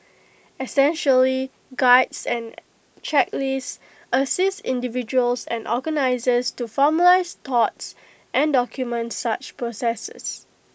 essentially Guides and checklist assist individuals and organisers to formalise thoughts and document such processes